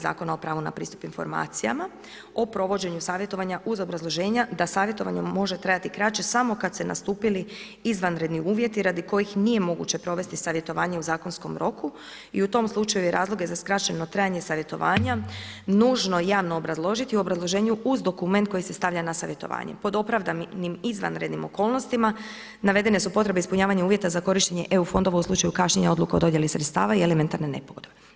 Zakona o pravu na pristup informacijama o provođenju savjetovanja uz obrazloženja da savjetovanje može trajati kraće samo kad su nastupili izvanredni uvjeti radi kojih nije moguće provesti savjetovanje u zakonskom roku i u tom slučaju i razloge za skraćeno trajanje savjetovanja nužno je i javno obrazložiti u obrazloženju uz dokument koji se stavlja na savjetovanje pod opravdanim izvanrednim okolnostima navedene su potrebe ispunjavanja uvjeta za korištenje EU fondova u slučaju kašnjenja odluke o dodjeli sredstava i elementarne nepogode.